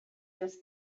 just